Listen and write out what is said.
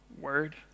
word